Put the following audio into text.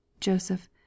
Joseph